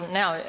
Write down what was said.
now